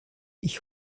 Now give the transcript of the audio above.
ich